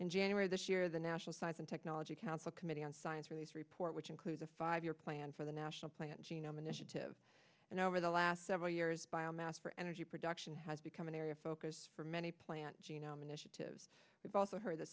in january this year the national science and technology council committee on science friday's report which includes a five year plan for the national plan genome initiative and over the last several years biomass for energy production has become an area of focus for many plant genome initiatives we've also heard that